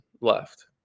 left